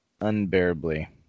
unbearably